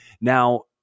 Now